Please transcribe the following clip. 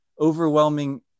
overwhelming